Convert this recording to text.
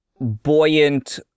buoyant